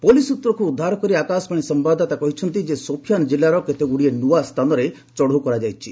police ସ୍ନତ୍ରକୁ ଉଧାର କରି ଆକାଶବାଣୀ ସମ୍ଭାଦଦାତା କହିଛନ୍ତି ସୋଫିଆନ ଜିଲାର କେତେଗୁଡିଏ ନୂଆ ସ୍ଥାନରେ ଚଢଉ କରାଯାଇଛି